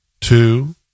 Two